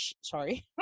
Sorry